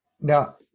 now